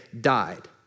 died